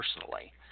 personally